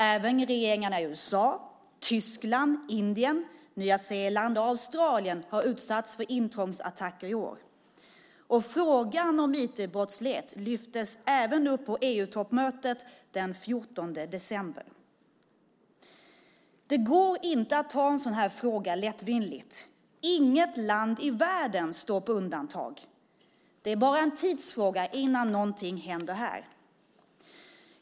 Även regeringarna i USA, Tyskland, Indien, Nya Zeeland och Australien har utsatts för intrångsattacker i år. Frågan om IT-brottslighet lyftes även upp på EU-toppmötet den 14 december. Det går inte att ta en sådan här fråga lättvindigt. Inget land i världen står på undantag. Det är bara en tidsfråga innan någonting händer här.